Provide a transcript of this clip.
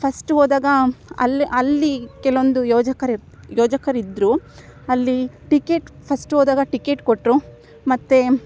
first ಹೋದಾಗ ಅಲ್ಲೇ ಅಲ್ಲಿ ಕೆಲ್ವೊಂದು ಯೋಜಕರಿರು ಯೋಜಕರಿದ್ದರು ಅಲ್ಲಿ ಟಿಕೆಟ್ ಫಸ್ಟ್ ಹೋದಾಗ ಟಿಕೆಟ್ ಕೊಟ್ಟರು ಮತ್ತು